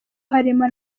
harimo